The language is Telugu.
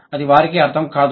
అది వారికి అర్థంకాదు